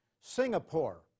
Singapore